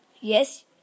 Yes